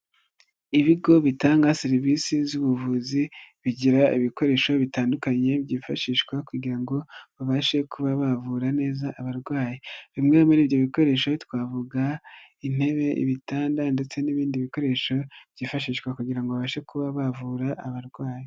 Ibigo bitanga serivisi z'ubuvuzi bigira ibikoresho bitandukanye byifashishwa kugira ngo babashe kuba bavura neza abarwayi, bimwe muri ibyo bikoresho twavuga intebe, ibitanda, ndetse n'ibindi bikoresho byifashishwa kugirango babashe kuba bavura abarwayi.